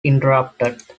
interrupted